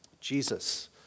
Jesus